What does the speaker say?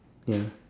ya